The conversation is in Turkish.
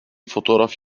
fotoğraf